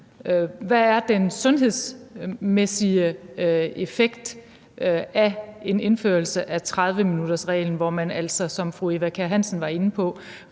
der er den sundhedsmæssige effekt af en indførelse af 30-minuttersreglen, hvor man altså, som fru Eva Kjer Hansen var inde på,